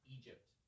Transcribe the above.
Egypt